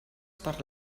per